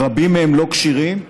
רבים מהם לא כשירים,